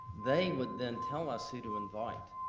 they would then tell us who to invite.